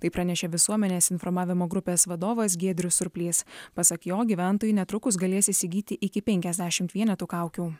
tai pranešė visuomenės informavimo grupės vadovas giedrius surplys pasak jo gyventojai netrukus galės įsigyti iki penkiasdešimt vienetų kaukių